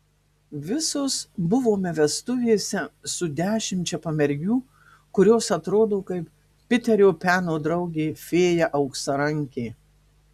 visos buvome vestuvėse su dešimčia pamergių kurios atrodo kaip piterio peno draugė fėja auksarankė